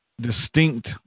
distinct